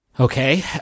Okay